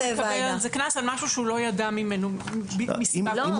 מקבל קנס על משהו שהוא לא ידע ממנו מסיבה כלשהי.